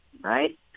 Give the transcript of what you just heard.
right